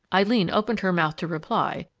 eileen opened her mouth to reply,